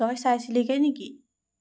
তই চাইছিলিগৈ নেকি